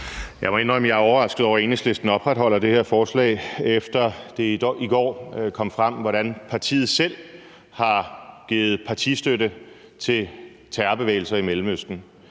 Jeg må indrømme, at jeg er overrasket over, at Enhedslisten opretholder det her forslag, efter at det i går kom frem, hvordan partiet selv har givet partistøtte til terrorbevægelser i Mellemøsten.